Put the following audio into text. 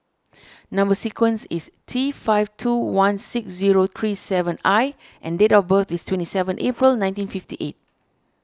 Number Sequence is T five two one six zero three seven I and date of birth is twenty seven April nineteen fifty eight